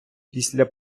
після